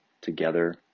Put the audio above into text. together